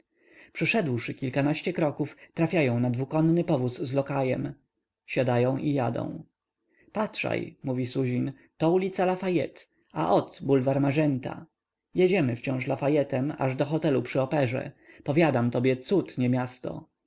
ztyłu przeszedłszy kilkanaście kroków trafiają na dwukonny powóz z lokajem siadają i jadą patrzaj mówi suzin to ulica lafayette a ot bulwar magenta jedziem wciąż lafayettem aż do hotelu przy operze powiadam tobie cud nie miasto